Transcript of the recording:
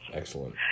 excellent